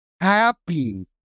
happy